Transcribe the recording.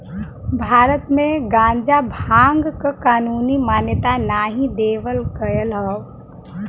भारत में गांजा भांग क कानूनी मान्यता नाही देवल गयल हौ